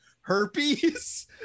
herpes